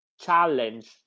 Challenge